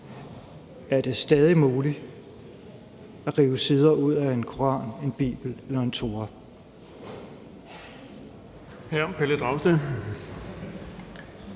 er det stadig muligt at rive sider ud af en koran, en bibel eller en tora. Kl. 13:46 Den